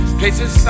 places